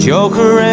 Joker